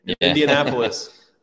indianapolis